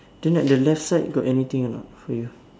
then the left side got anything or not for you